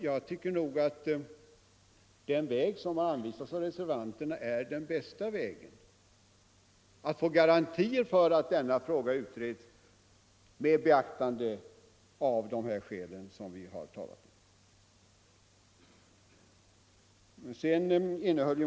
Jag tycker att den väg som anvisats av reservanterna är den bästa vägen, om man vill ha garantier för att denna fråga utreds med beaktande av de synpunkter vi har framfört.